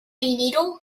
needle